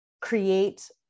create